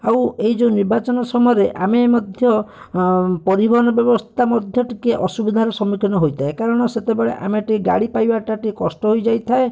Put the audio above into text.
ଆଉ ଏଇ ଯୋଉ ନିର୍ବାଚନ ସମୟରେ ଆମେ ମଧ୍ୟ ପରିବହନ ବ୍ୟବସ୍ଥା ମଧ୍ୟ ଟିକିଏ ଅସୁବିଧାର ସମ୍ମୁଖୀନ ହୋଇଥାଏ କାରଣ ସେତେବେଳେ ଆମେ ଟିକିଏ ଗାଡ଼ି ପାଇବାଟା ଟିକିଏ କଷ୍ଟ ହୋଇଯାଇଥାଏ